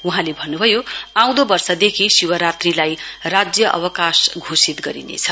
वहाँले भन्नुभयो आउँदो वर्षदेखि शिवरात्रीलाई राज्य अवकाश घोषित गरिनेछ